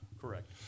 correct